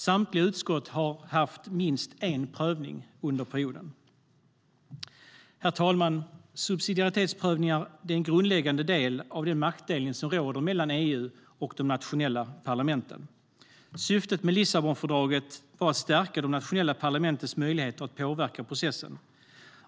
Samtliga utskott har haft minst en prövning under perioden. Herr talman! Subsidiaritetsprövningar är en grundläggande del av den maktdelning som råder mellan EU och de nationella parlamenten. Syftet med Lissabonfördraget var att stärka de nationella parlamentens möjligheter att påverka processen.